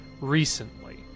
recently